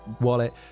wallet